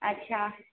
اچھا